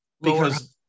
Because-